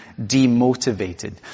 demotivated